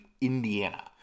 Indiana